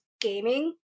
gaming